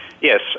Yes